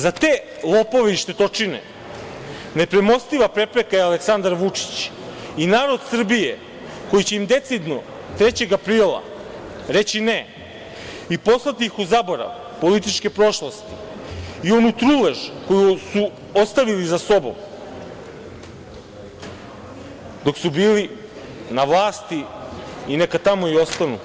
Za te lopove i štetočine nepremostiva prepreka je Aleksandar Vučić i narod Srbije koji će im decidno 3. aprila reći ne i poslati ih u zaborav političke prošlosti i onu trulež koju su ostavili za sobom dok su bili na vlasti i neka tamo i ostanu.